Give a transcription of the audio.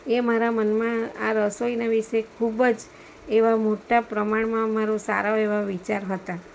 એ મારા મનમાં આ રસોઈના વિશે ખૂબજ એવા મોટા પ્રમાણમાં મારા સારા એવા વિચાર હતા